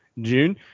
June